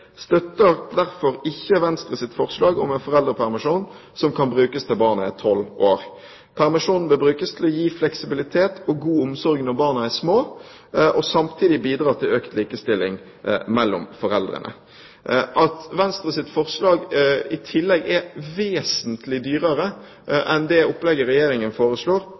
støtter derfor ikke Venstres forslag om en foreldrepermisjon som kan brukes til barnet er tolv år. Permisjon bør brukes til å gi fleksibilitet og god omsorg når barna er små, og samtidig bidra til økt likestilling mellom foreldrene. Når Venstres forslag i tillegg er vesentlig dyrere enn det opplegget Regjeringen foreslår,